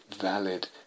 valid